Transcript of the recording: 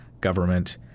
government